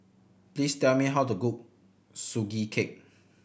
please tell me how to cook Sugee Cake